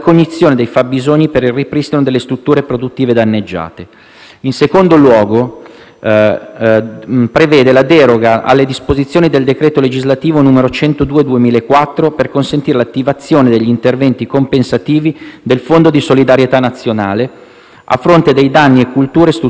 In secondo luogo, si prevede la deroga alle disposizioni del decreto legislativo n. 102 del 2004 per consentire l'attivazione degli interventi compensativi del Fondo di solidarietà nazionale a fronte dei danni a colture e strutture aziendali assicurabili con polizze agevolate ma non assicurate.